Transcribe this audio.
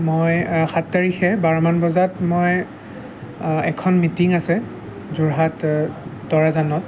মই সাত তাৰিখে বাৰমান বজাত মই এখন মিটিং আছে যোৰহাট তৰাজানত